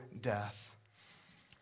death